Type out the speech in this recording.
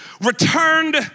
returned